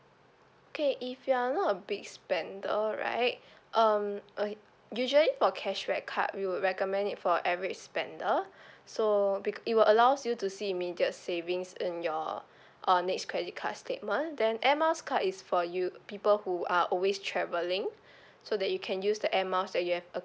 okay if you're not a big spender right um uh usually for cashback card we'll recommend it for average spender so be~ it'll allows you to see immediate savings in your uh next credit card statement then air miles card is for you people who are always traveling so that you can use that air miles that you have